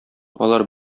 алар